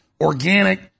organic